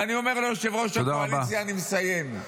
ואני אומר לראש הקואליציה, אני מסיים.